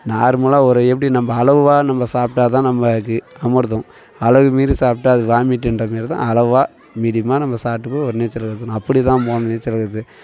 நார்மலாக ஒரு எப்படி நம்ம அளவாக நம்ம சாப்பிட்டா தான் நமக்கு அமிர்தம் அளவுக்கு மீறி சாப்பிட்டா அது வாமிட்ன்ற மாரி தான் அளவாக மீடியமாக நம்ம சாப்பிட்டு போய் ஒரு நீச்சல் கற்றுக்கணும் அப்படி தான் போகணும் நீச்சல்ங்கிறது